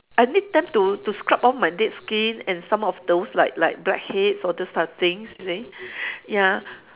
I need them to to scrub off my dead skin and some of those like like blackheads all those type of things you see ya